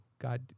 God